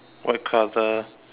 white colour